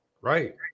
Right